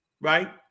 right